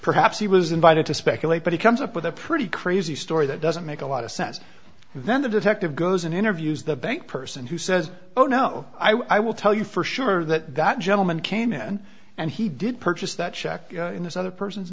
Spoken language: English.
perhaps he was invited to speculate but he comes up with a pretty crazy story that doesn't make a lot of sense then the detective goes and interviews the bank person who says oh no i will tell you for sure that that gentleman came in and he did purchase that check in this other person's